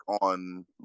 on